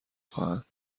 خواهند